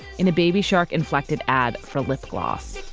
in a baby shark-inflected ad for lip gloss.